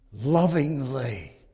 lovingly